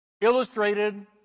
illustrated